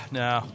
no